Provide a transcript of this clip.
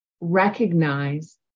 recognize